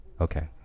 Okay